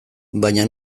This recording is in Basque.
baina